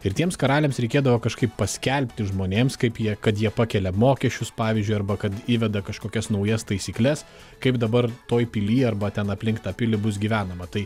ir tiems karaliams reikėdavo kažkaip paskelbti žmonėms kaip jie kad jie pakelia mokesčius pavyzdžiui arba kad įveda kažkokias naujas taisykles kaip dabar toj pilyj arba ten aplink tą pilį bus gyvenama tai